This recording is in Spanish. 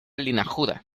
linajuda